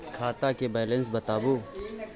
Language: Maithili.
खाता के बैलेंस बताबू?